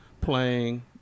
playing